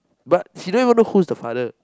but she don't even know who is the father